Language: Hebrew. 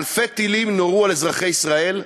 אלפי טילים נורו על אזרחי ישראל,